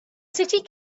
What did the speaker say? city